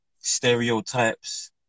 stereotypes